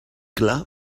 clar